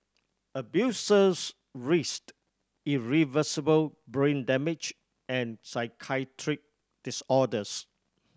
abusers risked irreversible brain damage and psychiatric disorders